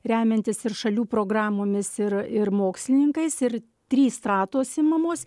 remiantis ir šalių programomis ir ir mokslininkais ir trys stratos imamos